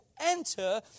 enter